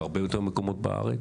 בהרבה יותר מקומות בארץ.